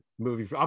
Movie